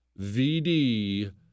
VD